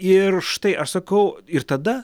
ir štai aš sakau ir tada